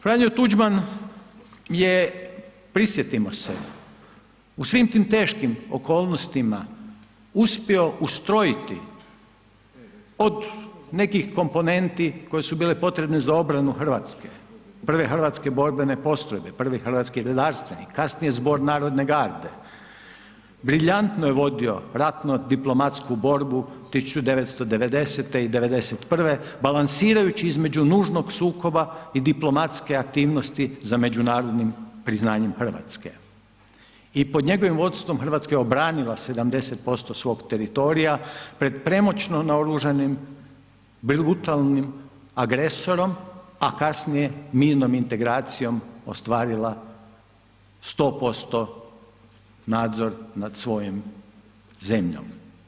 Franjo Tuđman je, prisjetimo se, u svim tim teškim okolnostima uspio ustrojiti od nekih komponenti koje su bile potrebne za obranu RH, prve hrvatske borbene postrojbe, prvi hrvatski redarstvenik, kasnije ZNG, briljantno je vodio ratno diplomatsku borbu 1990. i '91. balansirajući između nužnog sukoba i diplomatske aktivnosti za međunarodnim priznanjem RH i pod njegovim vodstvom RH je obranila 70% svog teritorija pred premoćno naoružanim brutalnim agresorom, a kasnije mirom integracijom ostvarila 100% nadzor nad svojom zemljom.